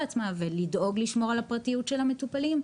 עצמה ולדאוג לשמור על הפרטיות של המטופלים,